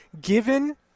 Given